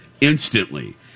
instantly